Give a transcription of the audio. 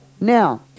now